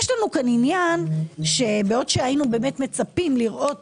יש לנו פה עניין שבעוד שהיינו מצפים לראות